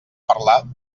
parlar